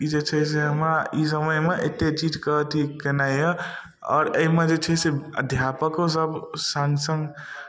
ई जे छै से हमरा ई समयमे एत्ते चीजके अथी केनाइ यऽ आओर अइमे जे छै से अध्यापको सब सङ्ग सङ्ग